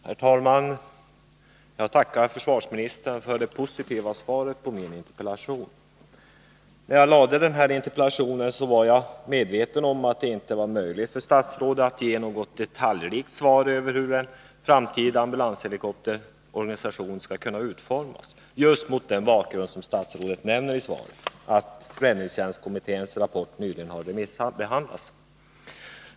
Herr talman! Jag tackar försvarsministern för det positiva svaret på min interpellation. När jag framställde den, var jag medveten om att det inte var möjligt för statsrådet att ge något detaljrikt svar om hur en framtida ambulanshelikopterorganisation skall kunna utformas — just mot den bakgrund som statsrådet nämner i svaret, nämligen att räddningstjänstkommitténs rapport nyligen har remissbehandlats.